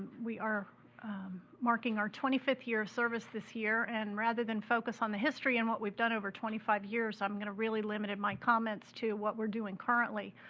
we are marking our twenty fifth year of service this year, and rather than focus on the history and what we've done over twenty five years, i'm going to really limit in my comments to what we're doing current,